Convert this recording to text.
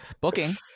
booking